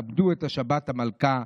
כבדו את שבת המלכה,